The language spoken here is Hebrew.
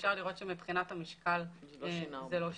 ואפשר לראות שמבחינת המשקל זה לא שינה.